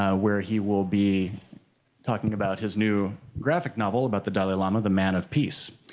ah where he will be talking about his new graphic novel about the dalai lama, the man of peace.